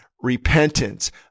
repentance